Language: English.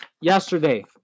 Yesterday